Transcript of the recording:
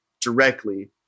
directly